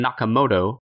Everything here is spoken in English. Nakamoto